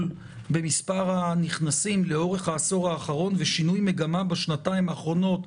במספר הנכנסים לאורך העשור האחרון ושינוי מגמה בשנתיים האחרונות,